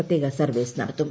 പ്രത്യേക സർവ്വീസ് നടത്തും